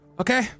Okay